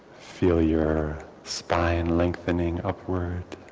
feel your spine lengthening upward,